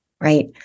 right